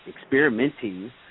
experimenting